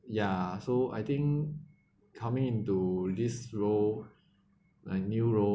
ya so I think coming into this role like new role